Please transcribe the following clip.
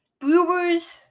Brewers